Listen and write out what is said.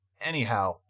Anyhow